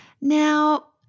Now